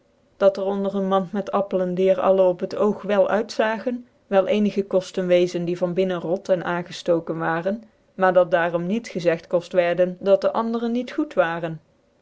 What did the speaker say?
dat'cr onder ccn mant inct appelen die er alle op het oog wel uitzagen wel ecnigc kotten weczen die van binnen rot en aangeftoken waren maar dat daarom niet gezegt koft werden dat dc anderen niet goed waren